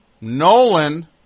Nolan